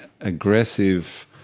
aggressive